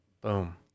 boom